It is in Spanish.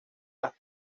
las